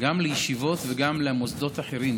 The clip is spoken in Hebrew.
גם לישיבות וגם למוסדות אחרים.